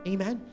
Amen